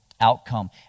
outcome